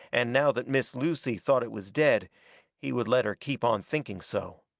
and now that miss lucy thought it was dead he would let her keep on thinking so.